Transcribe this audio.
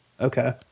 Okay